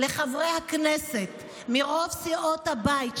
לחברי הכנסת מרוב סיעות הבית,